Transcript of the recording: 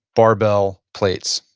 barbell, plates,